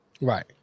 Right